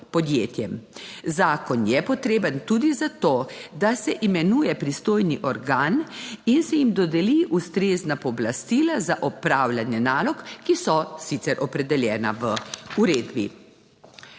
podjetjem. Zakon je potreben tudi za to, da se imenuje pristojni organ in se jim dodeli ustrezna pooblastila za opravljanje nalog, ki so sicer opredeljena v uredbi.